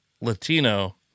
Latino